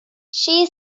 she